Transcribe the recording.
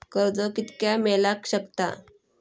कर्ज कितक्या मेलाक शकता?